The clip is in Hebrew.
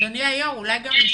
אדוני היושב ראש,